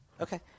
Okay